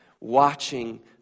watching